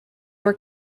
were